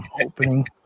opening